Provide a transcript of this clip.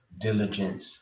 diligence